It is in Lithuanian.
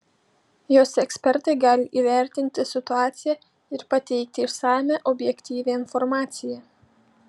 jos ekspertai gali įvertinti situaciją ir pateikti išsamią objektyvią informaciją